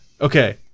Okay